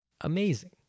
Amazing